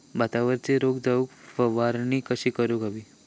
भातावरचो रोग जाऊक फवारणी कशी करूक हवी?